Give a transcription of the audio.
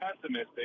pessimistic